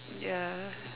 ya